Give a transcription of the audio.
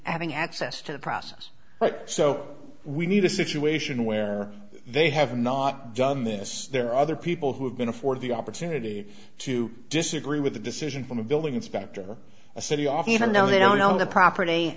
having access to the process so we need a situation where they have not done this there are other people who have been afforded the opportunity to disagree with the decision from a building inspector a city off even know they don't own the property